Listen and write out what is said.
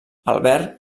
albert